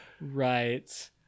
right